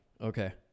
Okay